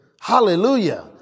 Hallelujah